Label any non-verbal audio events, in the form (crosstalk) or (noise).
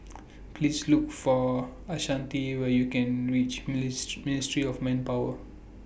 Please Look For Ashanti when YOU REACH (unintelligible) Ministry of Manpower